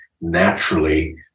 naturally